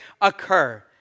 occur